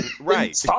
right